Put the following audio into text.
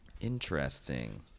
Interesting